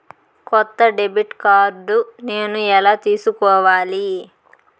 కొత్త debit card నేను ఎలా తీసుకోవాలి?